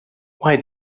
why